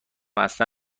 اصلا